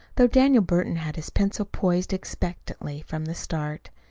though daniel burton had his pencil poised expectantly from the start.